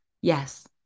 Yes